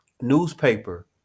newspaper